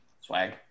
Swag